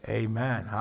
amen